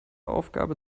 aufgabe